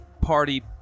party